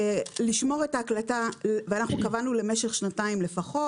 אנחנו קבענו לשמור את ההקלטה למשך שנתיים לפחות.